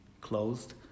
closed